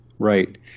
Right